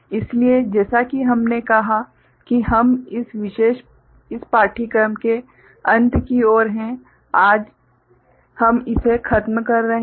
इसलिए जैसा कि हमने कहा कि हम इस पाठ्यक्रम के अंत की ओर हैं हम आज इसे खत्म कर रहे हैं